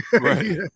Right